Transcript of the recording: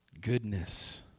Goodness